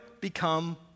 become